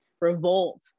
revolt